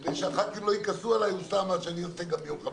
כדי שהח"כים לא יכעסו עלי שאני קובע דיונים גם ליום חמישי.